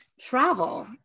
travel